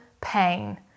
pain